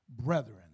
brethren